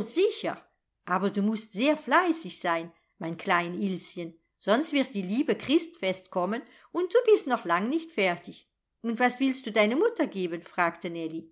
sicher aber du mußt sehr fleißig sein mein klein ilschen sonst wird die liebe christfest kommen und du bist noch lang nicht fertig und was willst du deine mutter geben fragte nellie